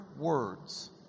words